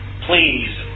Please